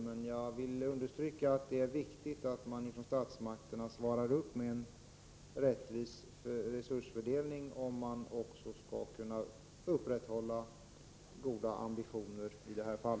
Jag vill emellertid understryka att det är viktigt med en rättvis resursfördelning från statsmakternas sida, om man skall kunna motsvara de goda ambitionerna i detta fall.